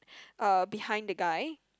uh behind the guy